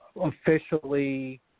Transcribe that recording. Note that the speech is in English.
officially –